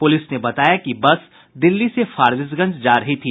police ने बताया कि बस दिल्ली से फारबिसगंज जा रही थी